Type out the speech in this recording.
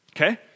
Okay